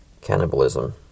cannibalism